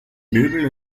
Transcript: möbel